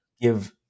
give